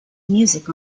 music